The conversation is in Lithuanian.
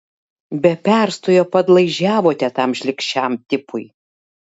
be perstojo padlaižiavote tam šlykščiam tipui